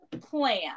plan